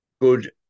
good